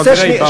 חזירי בר.